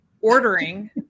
ordering